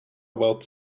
about